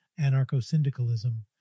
anarcho-syndicalism